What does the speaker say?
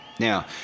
Now